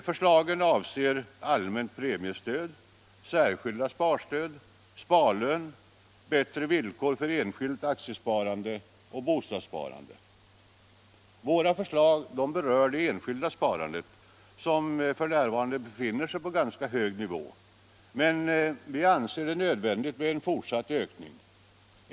Förslagen avser allmänt premiesparstöd, särskilda sparstöd, sparlön, bättre villkor för enskilt aktiesparande och bostadssparande. Våra förslag berör det enskilda sparandet, som f.n. befinner sig på ganska hög nivå. Men vi anser det nödvändigt med en fortsatt ökning.